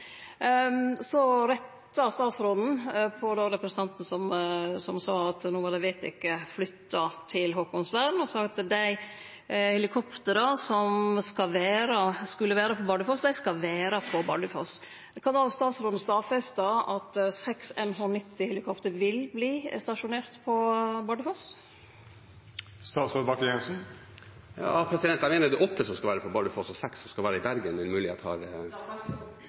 Så retta statsråden på representanten som sa at det no var vedteke flytt til Haakonsvern, og sa at dei helikoptra som skulle vere på Bardufoss, skal vere på Bardufoss. Kan statsråden stadfeste at seks NH90-helikopter vil verte stasjonerte på Bardufoss? Jeg mener det er åtte som skal være på Bardufoss og seks som skal være i Bergen